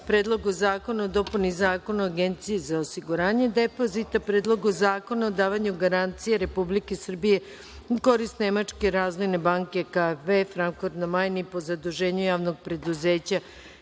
Predlogu zakona o dopuni Zakona o Agenciji za osiguranje depozita; Predlogu zakona o davanju garancije Republike Srbije u korist Nemačke razvojne banke KfW, Frankfurt na Majni, po zaduženju Javnog preduzeća